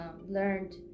learned